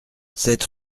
sept